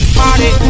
party